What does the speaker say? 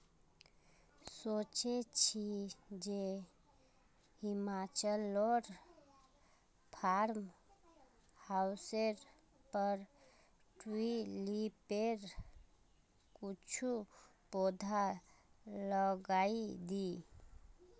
सोचे छि जे हिमाचलोर फार्म हाउसेर पर ट्यूलिपेर कुछू पौधा लगइ दी